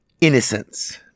Innocence